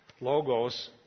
logos